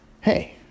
hey